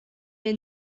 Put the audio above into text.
est